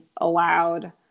allowed